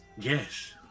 Yes